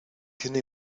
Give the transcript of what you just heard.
tiene